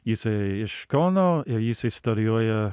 jisai iš kauno ir jisai storijuoja